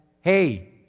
hey